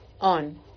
on